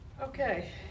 Okay